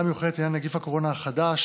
המיוחדת לעניין נגיף הקורונה החדש